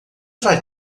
vai